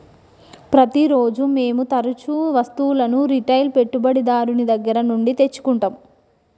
ప్రతిరోజూ మేము తరుచూ వస్తువులను రిటైల్ పెట్టుబడిదారుని దగ్గర నుండి తెచ్చుకుంటం